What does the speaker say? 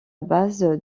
base